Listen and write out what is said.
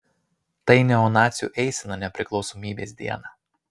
tai neonacių eisena nepriklausomybės dieną